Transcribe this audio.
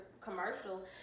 commercial